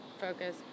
Focus